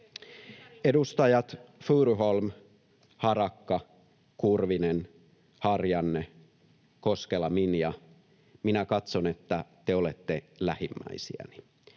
Edustajat Furuholm, Harakka, Kurvinen, Harjanne ja Koskela, Minja, minä katson, että te olette lähimmäisiäni,